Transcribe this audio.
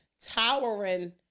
towering